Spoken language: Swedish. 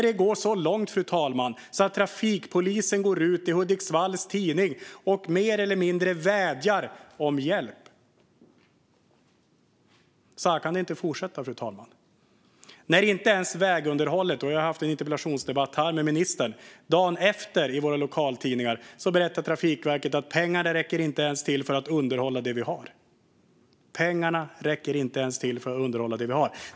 Det går så långt, fru talman, att trafikpolisen uttalar sig i Hudiksvalls Tidning och mer eller mindre vädjar om hjälp. Så kan det inte fortsätta, fru talman. Inte ens vägunderhållet sköts. Jag har haft en interpellationsdebatt med ministern om det. Dagen efter berättade Trafikverket i våra lokaltidningar att pengarna inte ens räcker till för att underhålla det vi har. Pengarna räcker inte ens till för att underhålla det vi har.